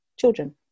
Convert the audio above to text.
children